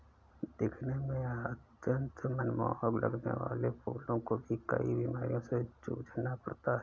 दिखने में अत्यंत मनमोहक लगने वाले फूलों को भी कई बीमारियों से जूझना पड़ता है